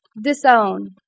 Disown